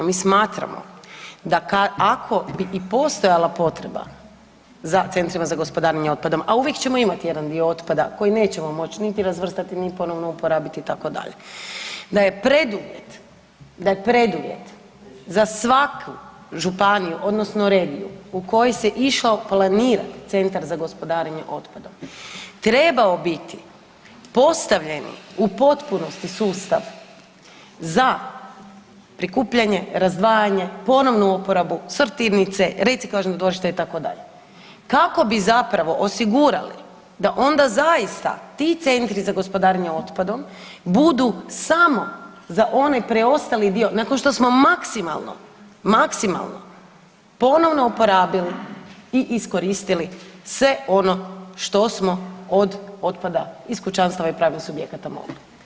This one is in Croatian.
Mi smatramo da ako bi i postojala potreba za Centrima za gospodarenje otpadom, a uvijek ćemo imati jedan dio otpada koji nećemo moć niti razvrstati, ni ponovno uporabiti itd., da je preduvjet, da je preduvjet za svaku županiju odnosno regiju u kojoj se išao planirat Centar za gospodarenje otpadom trebao biti postavljeni u potpunosti sustav za prikupljanje, razdvajanje, ponovnu uporabu, sortirnice, reciklažnog dvorišta itd. kako bi zapravo osigurali da onda zaista ti Centri za gospodarenje otpadom budu samo za onaj preostali dio nakon što smo maksimalno, maksimalno ponovno uporabili i iskoristili sve ono što smo od otpada iz kućanstava i pravnih subjekata mogli.